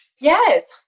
Yes